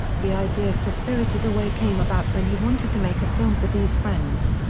the idea for spirited away came about when he wanted to make a film for these friends.